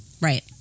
Right